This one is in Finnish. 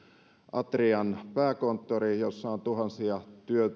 atrian pääkonttori jossa on tuhansia